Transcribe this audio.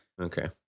Okay